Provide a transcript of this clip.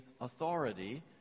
authority